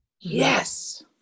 Yes